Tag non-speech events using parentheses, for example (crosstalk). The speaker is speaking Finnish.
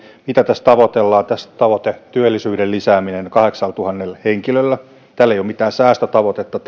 mitä tässä tavoitellaan tässä on tavoitteena työllisyyden lisääminen kahdeksallatuhannella henkilöllä tällä aktiivimallilla ei ole mitään säästötavoitetta (unintelligible)